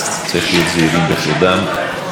בבקשה, אדוני.